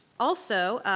also,